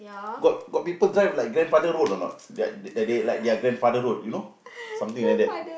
got got people drive like grandfather road or not that that they like their grandfather road you know something like that